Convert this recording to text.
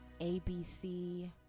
ABC